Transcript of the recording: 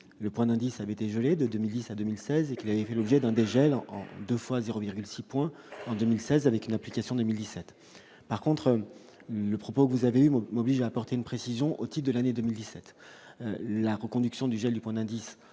le point d'indice avait été de 2010 à 2016 et le jet d'un dégel 2 fois 0,6 points en 2016 avec une application 2017, par contre, le propos, vous avez des mots apporter une précision au type de l'année 2017 la reconduction du gel du point d'indice